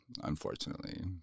unfortunately